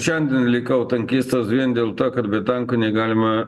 šiandien likau tankistas vien dėl to kad be tankų negalima